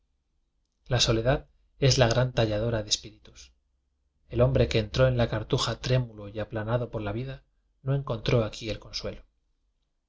la soledad es la gran talladora de espí ritus el hombre que entró en la cartuja trémulo y aplanado por la vida no encon tró aquí el consuelo